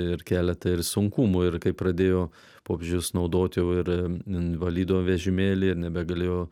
ir keletą ir sunkumų ir kai pradėjo popiežius naudot jau ir invalido vežimėlį ir nebegalėjo